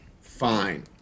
Fine